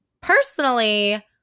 personally